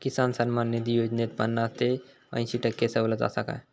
किसान सन्मान निधी योजनेत पन्नास ते अंयशी टक्के सवलत आसा काय?